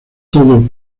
todo